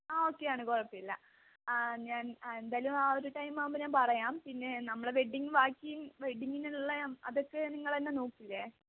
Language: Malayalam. ആ ഓക്കെയാണ് കുഴപ്പമില്ല ഞാൻ എന്തായാലും ആ ഒരു ടൈം ആകുമ്പോള് ഞാൻ പറയാം പിന്നെ നമ്മുടെ വെഡിങ് ബാക്കി വെഡിങിനുള്ള അതൊക്കെ നിങ്ങള് തന്നെ നോക്കില്ലെ